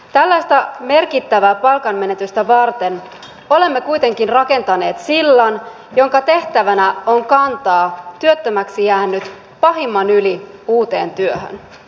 tällaista merkittävää palkanmenetystä varten olemme kuitenkin rakentaneet sillan jonka tehtävänä on kantaa työttömäksi jäänyt pahimman yli uuteen työhön